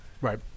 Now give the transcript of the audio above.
Right